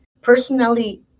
personality